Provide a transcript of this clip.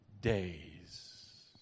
days